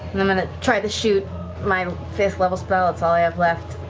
i'm going to try to shoot my fifth level spell, that's all i have left,